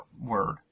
word